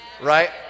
Right